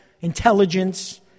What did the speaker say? intelligence